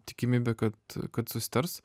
tikimybę kad kad susitars